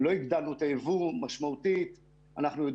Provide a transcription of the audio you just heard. ולא הגדלנו את הייבוא משמעותית.